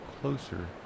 closer